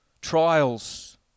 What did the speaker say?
trials